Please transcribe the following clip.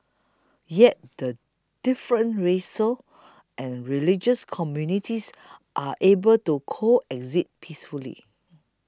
yet the different racial and religious communities are able to coexist peacefully